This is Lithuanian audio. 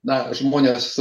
na žmonės